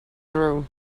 through